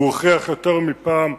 הוא הוכיח יותר מפעם,